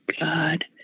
God